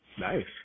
Nice